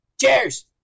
Cheers